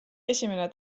esimene